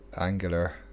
angular